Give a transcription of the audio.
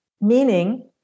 meaning